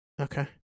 Okay